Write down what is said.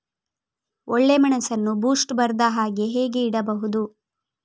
ಒಳ್ಳೆಮೆಣಸನ್ನು ಬೂಸ್ಟ್ ಬರ್ದಹಾಗೆ ಹೇಗೆ ಇಡಬಹುದು?